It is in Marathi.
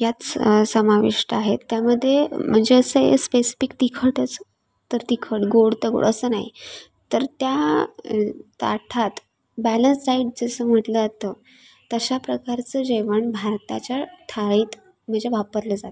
यात स समाविष्ट आहेत त्यामध्ये म्हणजे असं हे स्पेसिफिक तिखटच तर तिखट गोड तर गोड असं नाही तर त्या ताटात बॅलन्स डाईट जसं म्हटलं जातं तशा प्रकारचं जेवण भारताच्या थाळीत म्हणजे वापरलं जातं